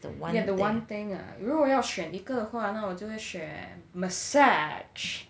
yeah the one thing ah 如果要选一个的话我就会选 massage